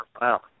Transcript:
Wow